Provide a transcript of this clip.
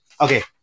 Okay